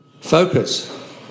Focus